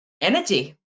energy